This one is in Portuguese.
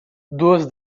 duas